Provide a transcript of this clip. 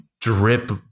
drip